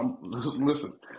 listen